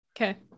Okay